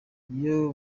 niyo